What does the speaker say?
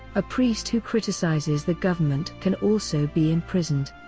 a priest who criticizes the government can also be imprisoned.